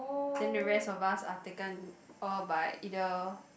then the rest of us are taken all by either